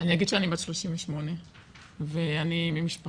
אני אגיד שאני בת 38 ואני ממשפחה